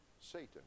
Satan